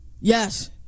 yes